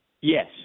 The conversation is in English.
Yes